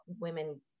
women